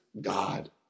God